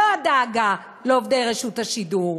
לא הדאגה לעובדי רשות השידור,